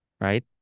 Right